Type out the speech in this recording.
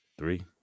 Three